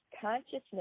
consciousness